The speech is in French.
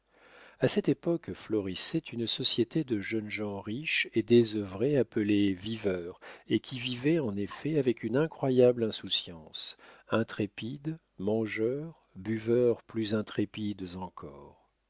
a cette époque florissait une société de jeunes gens riches et désœuvrés appelés viveurs et qui vivaient en effet avec une incroyable insouciance intrépides mangeurs buveurs plus intrépides encore